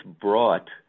brought